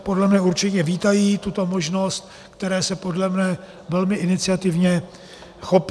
Podle mne určitě vítají tuto možnost, které se podle mne velmi iniciativně chopí.